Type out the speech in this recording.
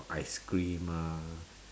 ice cream ah